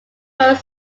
road